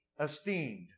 esteemed